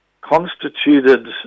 constituted